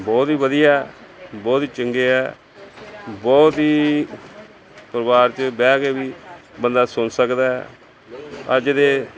ਬਹੁਤ ਹੀ ਵਧੀਆ ਬਹੁਤ ਹੀ ਚੰਗੇ ਆ ਬਹੁਤ ਹੀ ਪਰਿਵਾਰ 'ਚ ਬਹਿ ਕੇ ਵੀ ਬੰਦਾ ਸੁਣ ਸਕਦਾ ਅੱਜ ਦੇ